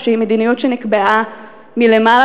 או שהיא מדיניות שנקבעה מלמעלה,